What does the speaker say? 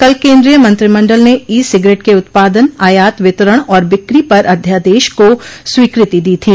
कल केन्द्रीय मंत्रिमण्डल ने ई सिगरेट के उत्पादन आयात वितरण और बिक्री पर अध्यादेश को स्वीकृति दी थी